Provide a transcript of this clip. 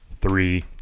Three